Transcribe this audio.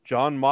John